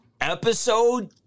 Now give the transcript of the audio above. episode